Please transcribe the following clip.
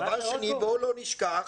דבר שני, בואו לא נשכח